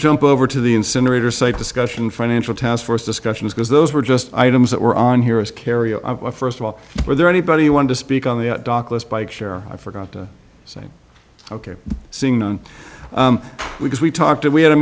jump over to the incinerator site discussion financial task force discussion because those were just items that were on here as kerio first of all were there anybody who wanted to speak on the dock list bikeshare i forgot to say ok seeing them because we talked and we had a